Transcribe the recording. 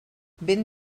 vent